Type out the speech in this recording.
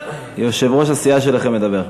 יושב-ראש הסיעה שלכם מדבר.